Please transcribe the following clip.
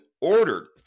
ordered